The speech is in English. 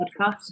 podcast